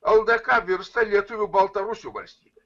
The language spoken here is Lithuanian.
ldk virsta lietuvių baltarusių valstybe